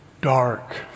dark